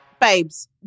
Babes